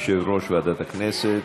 יושב-ראש ועדת הכנסת.